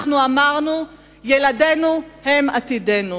אנחנו אמרנו: ילדינו הם עתידנו,